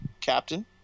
captain